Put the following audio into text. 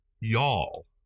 Y'all